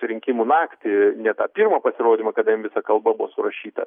rinkimų naktį ne tą pirmą pasirodymą kada jam visa kalba buvo surašyta